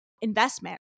investment